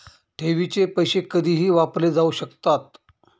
ठेवीचे पैसे कधीही वापरले जाऊ शकतात